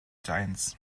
giants